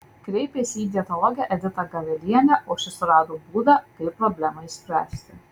kreipėsi į dietologę editą gavelienę o ši surado būdą kaip problemą išspręsti